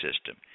system